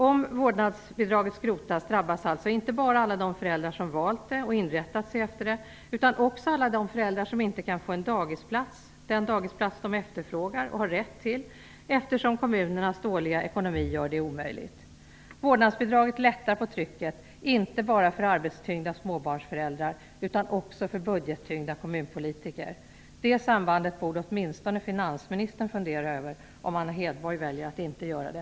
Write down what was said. Om vårdnadsbidraget skrotas drabbas alltså inte bara alla de föräldrar som valt det och inrättat sig efter det, utan också alla de föräldrar som inte kan få den dagisplats de efterfrågar och har rätt till, eftersom kommunernas dåliga ekonomi gör det omöjligt. Vårdnadsbidraget lättar på trycket, inte bara för arbetstyngda småbarnsföräldrar utan också för budgettyngda kommunpolitiker. Det sambandet borde åtminstone finansministern fundera över, om Anna Hedborg väljer att inte göra det.